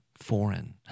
foreign